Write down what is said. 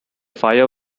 fire